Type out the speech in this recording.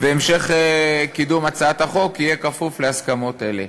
והמשך קידום הצעת החוק יהיה כפוף להסכמות אלה.